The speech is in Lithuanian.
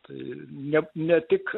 tai ne ne tik